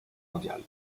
mondiale